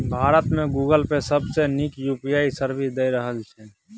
भारत मे गुगल पे सबसँ नीक यु.पी.आइ सर्विस दए रहल छै